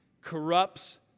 corrupts